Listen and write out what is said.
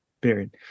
Period